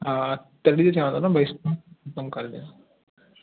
हा तॾहिं त चवां थो न भाई सुठो कमु करे ॾियांव